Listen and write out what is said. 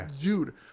dude